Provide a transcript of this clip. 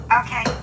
okay